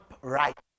right